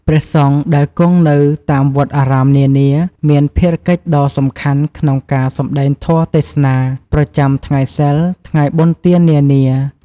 ព្រះសង្ឃដែលគង់នៅតាមវត្តអារាមនានា មានភារកិច្ចដ៏សំខាន់ក្នុងការ សំដែងធម៌ទេសនា ប្រចាំថ្ងៃសីល ថ្ងៃបុណ្យទាននានា។